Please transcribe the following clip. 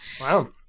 Wow